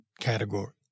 category